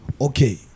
okay